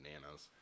bananas